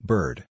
Bird